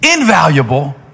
invaluable